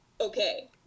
Okay